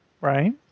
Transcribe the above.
Right